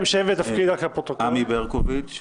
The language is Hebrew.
עמי ברקוביץ,